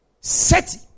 Set